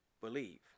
believe